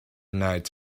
night